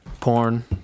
Porn